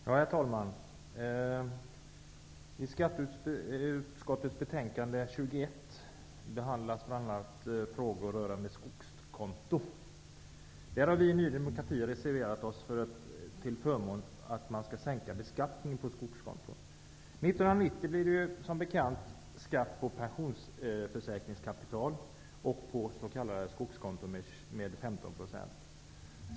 Herr talman! I skatteutskottets betänkande 21 behandlas bl.a. frågor rörande skogskonto. Där har vi i Ny demokrati reserverat oss till förmån för att man skall sänka beskattningen på skogskonton. År 1990 blev det ju som bekant skatt på pensionsförsäkringskapital och på s.k. skogskonton med 15 %.